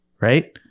right